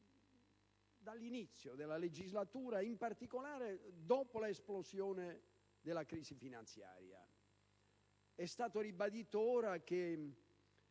dall'inizio della legislatura, in particolare dopo l'esplosione della crisi finanziaria. È stato ora ribadito che,